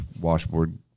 washboard